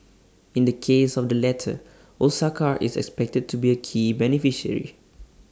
in the case of the latter Osaka is expected to be A key beneficiary